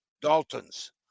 dalton's